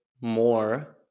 more